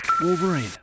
Wolverine